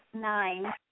nine